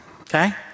okay